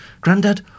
Grandad